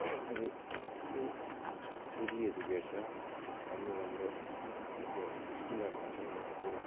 अरू त्यही छुरीहरू भेट्छ राम्रो राम्रो त्यो स्किनहरू हुन्छ उनीहरूको